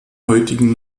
heutigen